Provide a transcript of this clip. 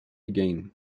again